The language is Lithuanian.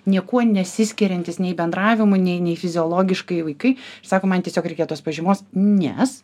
niekuo nesiskiriantys nei bendravimu nei nei fiziologiškai vaikai sako man tiesiog reikėjo tos pažymos nes